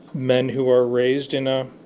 men who are raised in a.